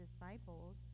disciples